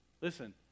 Listen